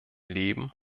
leben